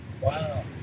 Wow